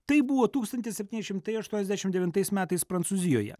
taip buvo tūkstantis septyni šimtai aštuoniasdešimt devintais metais prancūzijoje